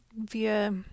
via